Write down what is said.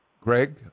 Greg